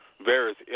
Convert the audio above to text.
various